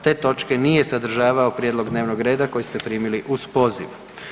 Te točke nije sadržavao prijedlog dnevnog reda koji ste primili uz poziv.